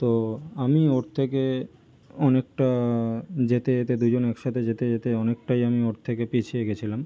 তো আমি ওর থেকে অনেকটা যেতে যেতে দুজনে একসাথে যেতে যেতে অনেকটাই আমি ওর থেকে পিছিয়ে গিয়েছিলাম